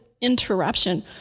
interruption